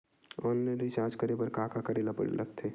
Online recharge करे बर का का करे ल लगथे?